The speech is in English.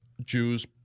Jews